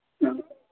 ꯑ